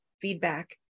feedback